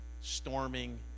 storming